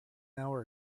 hour